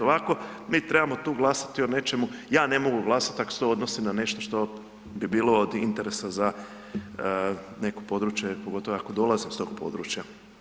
Ovako mi trebamo tu glasati o nečemu, ja ne mogu glasati ako se to odnosi na nešto što bi bilo od interesa za neko područje, pogotovo ako dolazim s tog područja.